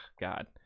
God